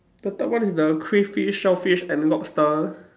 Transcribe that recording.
the third one is the crayfish shellfish and the lobster